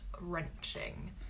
wrenching